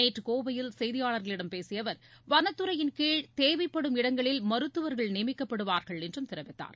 நேற்று கோவையில் செய்தியாளர்களிடம் பேசிய அவர் வனத்துறையின்கீழ் தேவைப்படும் இடங்களில் மருத்துவர்கள் நியமிக்கப்படுவார்கள் என்றும் தெரிவித்தார்